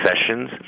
sessions